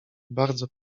bardzo